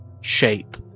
shape